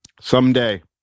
Someday